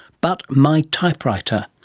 but my typewriter.